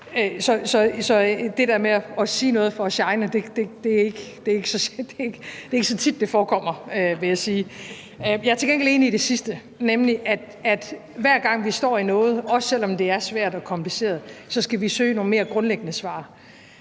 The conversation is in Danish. Så det der med at sige noget for at shine forekommer ikke så tit – vil jeg sige. Jeg er til gengæld enig i det sidste om, at hver gang vi står i noget, også selv om det er svært og kompliceret, så skal vi søge nogle mere grundlæggende svar.